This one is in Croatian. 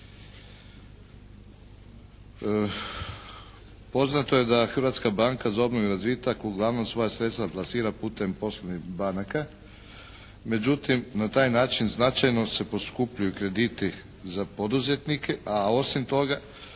Poznato je da Hrvatska banka za obnovu i razvitak uglavnom svoja sredstva plasira putem poslovnih banaka. Međutim, na taj način značajno se poskupljuju krediti za poduzetnike, a osim toga